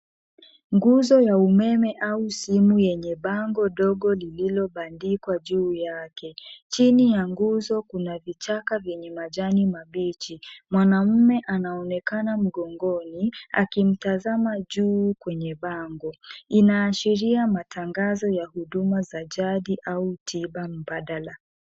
Nguzo ya umeme au simu yenye bango dogo lililobandikwa juu yake. Chini ya nguzo kuna vichaka vyenye majani mabichi. Mwanamume anaonekana mgongoni, akimtazama juu kwenye bango. Inaashiria matangazo ya huduma za jadi au tiba mbadala.